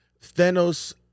Thanos